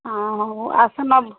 ହଉ ଆସ ନେବ